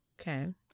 Okay